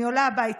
אני עולה הביתה,